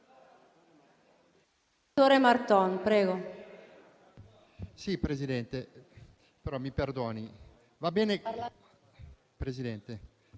Presidente,